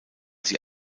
sie